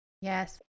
yes